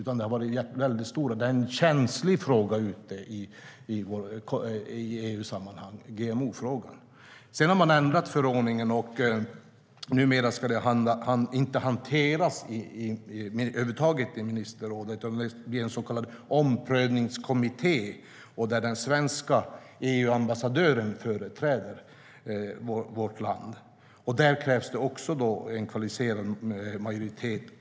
GMO-frågan är känslig i EU-sammanhang.Sedan har man ändrat förordningen, och numera ska detta över huvud taget inte hanteras i ministerrådet. Det blir en så kallad omprövningskommitté, där den svenska EU-ambassadören företräder vårt land. Där krävs det också en kvalificerad majoritet.